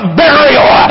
burial